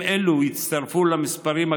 לצערנו הרב